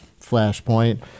flashpoint